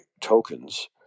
tokens